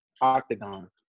Octagon